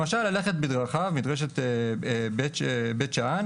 למשל, ללכת בדרכיו, מדרשת בית שאן